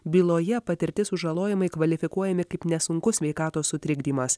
byloje patirti sužalojimai kvalifikuojami kaip nesunkus sveikatos sutrikdymas